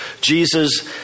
Jesus